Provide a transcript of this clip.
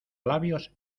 labios